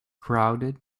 crowded